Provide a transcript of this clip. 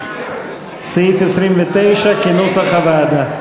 סעיף 29 כנוסח הוועדה.